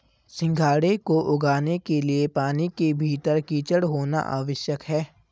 सिंघाड़े को उगाने के लिए पानी के भीतर कीचड़ होना आवश्यक है